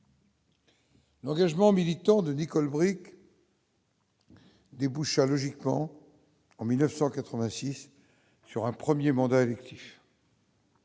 L'engagement militant de Nicole Bricq. Déboucha logiquement en 1986 sur un 1er mandat électif.